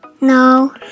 No